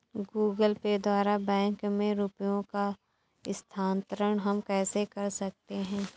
Google Pay द्वारा bank में रुपयों का स्थानांतरण हम कैसे कर सकते हैं?